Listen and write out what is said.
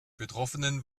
betroffenen